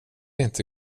inte